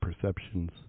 perceptions